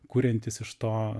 kuriantys iš to